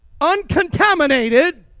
uncontaminated